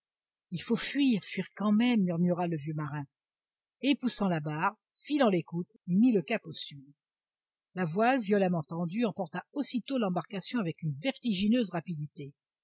il faut fuir fuir quand même murmura le vieux marin et poussant la barre filant l'écoute il mit le cap au sud la voile violemment tendue emporta aussitôt l'embarcation avec une vertigineuse rapidité